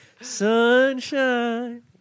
sunshine